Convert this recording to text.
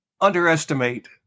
underestimate